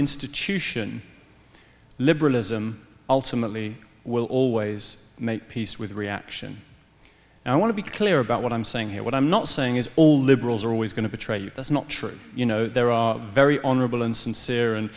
institution liberalism ultimately will always make peace with reaction and i want to be clear about what i'm saying here what i'm not saying is all liberals are always going to betray you that's not true you know there are very honorable and sincere and